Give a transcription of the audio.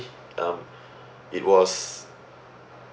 um it was